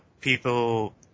people